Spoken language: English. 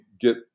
get